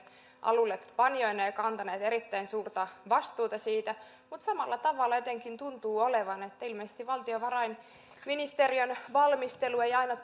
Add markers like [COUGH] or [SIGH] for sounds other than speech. alullepanijoina ja kantaneet erittäin suurta vastuuta siitä mutta samalla tavalla jotenkin tuntuu olevan että ilmeisesti valtiovarainministeriön valmistelu ei aina [UNINTELLIGIBLE]